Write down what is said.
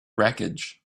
wreckage